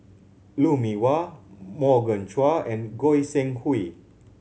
Lou Mee Wah Morgan Chua and Goi Seng Hui